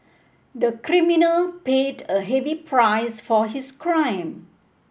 the criminal paid a heavy price for his crime